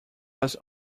was